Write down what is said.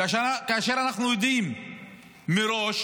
כאשר אנחנו יודעים מראש